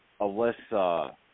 Alyssa